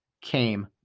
came